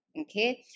Okay